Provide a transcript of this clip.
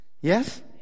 Yes